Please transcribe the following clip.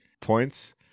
points